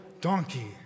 donkey